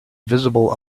visible